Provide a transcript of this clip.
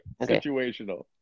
situational